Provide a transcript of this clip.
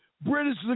British